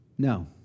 No